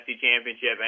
Championship